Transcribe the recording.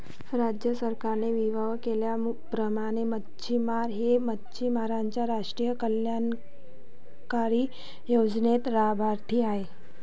राज्य सरकारने विहित केल्याप्रमाणे मच्छिमार हे मच्छिमारांच्या राष्ट्रीय कल्याणकारी योजनेचे लाभार्थी आहेत